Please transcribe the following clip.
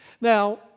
Now